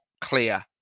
clear